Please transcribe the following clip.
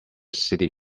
city